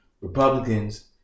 Republicans